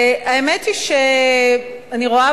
האמת היא שאני רואה